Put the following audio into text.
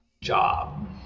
Job